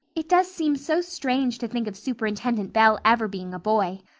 it does seem so strange to think of superintendent bell ever being a boy.